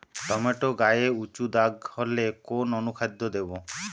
Tomato গায়ে উচু দাগ হলে কোন অনুখাদ্য দেবো?